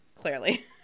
clearly